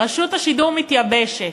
רשות השידור מתייבשת.